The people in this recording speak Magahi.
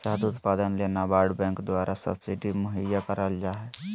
शहद उत्पादन ले नाबार्ड बैंक द्वारा सब्सिडी मुहैया कराल जा हय